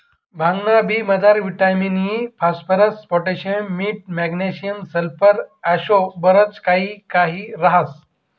भांगना बी मजार विटामिन इ, फास्फरस, पोटॅशियम, मीठ, मॅग्नेशियम, सल्फर आशे बरच काही काही ह्रास